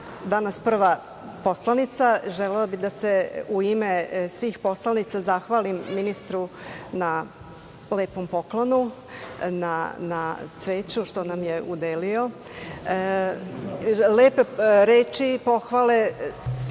danas prva poslanica želela bih da se u ime svih poslanica zahvalim ministru na lepom poklonu, na cveću što nam je udelio. Lepe reči i pohvale